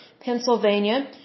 Pennsylvania